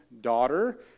daughter